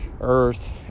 earth